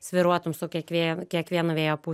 svyruotum su kiekvien kiekvienu vėjo pūs